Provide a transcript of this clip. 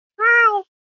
hi